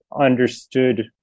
understood